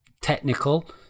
technical